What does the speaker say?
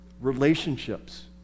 relationships